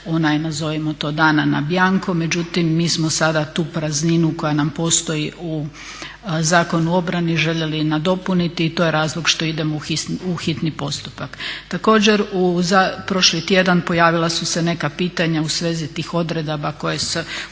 onda je nazovimo dana na bjanko, međutim mi smo sada tu prazninu koja nam postoji u Zakonu o obrani željeli nadopuniti i to je razlog što idemo u hitni postupak. Također prošli tjedan pojavila su se neka pitanja u svezi tih odredba koje su